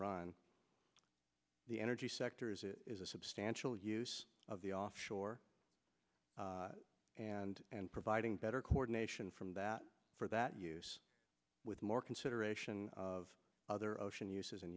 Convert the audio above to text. run the energy sectors it is a substantial use of the offshore and and providing better coordination from that for that use with more consideration of other ocean uses and